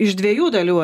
iš dviejų dalių